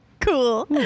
Cool